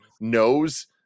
knows